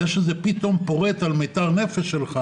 אם זה פתאום פורט על מיתר נפש שלך